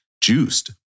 juiced